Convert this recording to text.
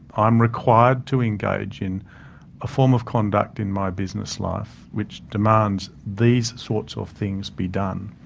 i'm required to engage in a form of conduct in my business life, which demands these sorts of things be done.